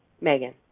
Megan